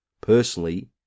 personally